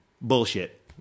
bullshit